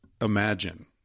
imagine